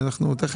בסדר.